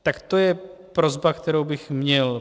Tak to je prosba, kterou bych měl.